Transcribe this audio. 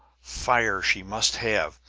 fire she must have!